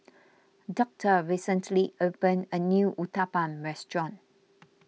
Doctor recently opened a new Uthapam restaurant